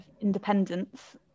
independence